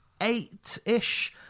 eight-ish